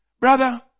brother